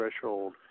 threshold